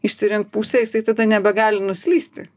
išsirink pusę jisai tada nebegali nuslysti